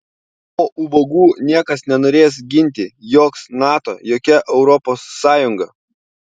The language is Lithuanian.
o ubagų niekas nenorės ginti joks nato jokia europos sąjunga